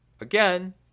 Again